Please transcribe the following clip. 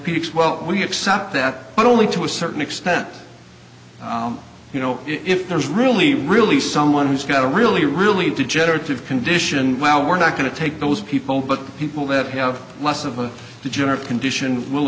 orthopedic swell we accept that but only to a certain extent you know if there's really really someone who's got a really really degenerative condition well we're not going to take those people but the people that have less of a degenerative condition will